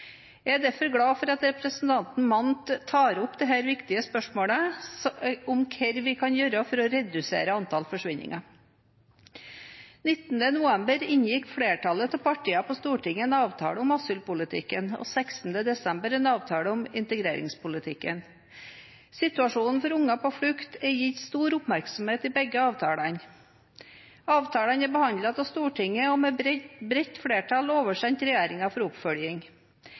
Jeg er derfor glad for at representanten Mandt tar opp disse viktige spørsmålene om hva vi kan gjøre for å redusere antall forsvinninger. 19. november inngikk flertallet av partiene på Stortinget en avtale om asylpolitikken og 16. desember en avtale om integreringspolitikken. Situasjonen for barn på flukt er gitt stor oppmerksomhet i begge avtalene. Avtalene er behandlet av Stortinget og med bredt flertall oversendt regjeringen for oppfølging.